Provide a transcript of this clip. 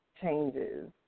changes